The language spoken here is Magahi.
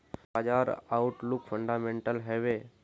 बाजार आउटलुक फंडामेंटल हैवै?